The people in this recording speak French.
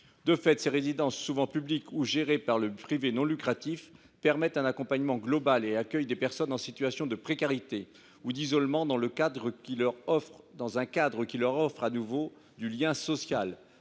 De fait, ces résidences, souvent publiques ou gérées par le secteur privé non lucratif, permettent un accompagnement global et accueillent des personnes en situation de précarité ou d’isolement dans un cadre qui leur offre de nouveau du lien social